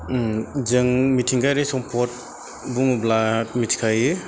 जों मिथिंगायारि सम्पद बुङोब्ला मिथिखायो